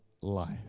life